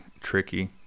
tricky